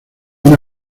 una